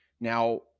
Now